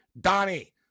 Donnie